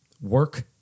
work